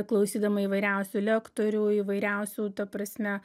klausydama įvairiausių lektorių įvairiausių ta prasme